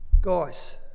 Guys